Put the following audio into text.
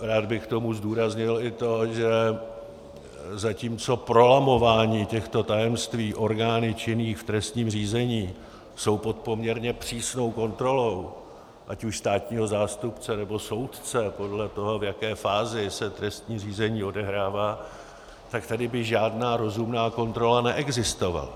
Rád bych k tomu zdůraznil i to, že zatímco prolamování těchto tajemství orgány činnými v trestním řízení je pod poměrně přísnou kontrolou ať už státního zástupce, nebo soudce podle toho, v jaké fázi se trestní řízení odehrává, tak tady by žádná rozumná kontrola neexistovala.